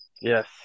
Yes